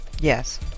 Yes